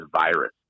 virus